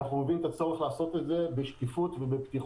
אנחנו מבינים את הצורך לעשות את זה בשקיפות ובפתיחות.